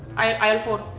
aisle four.